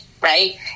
right